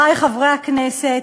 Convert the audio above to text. חברי חברי הכנסת,